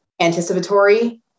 anticipatory